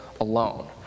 alone